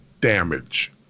damage